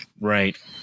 right